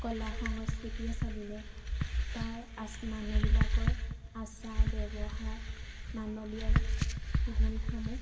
কলা সংস্কৃতিয়ে চাবিনে তাৰ মানুহবিলাকৰ আচাৰ ব্যৱহাৰ মানৱীয় গুণসমূহ কলা